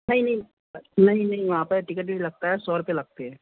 नहीं नहीं नहीं नहीं वहाँ पर टिकट भी लगता है सौ रुपये लगते हैं